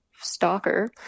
stalker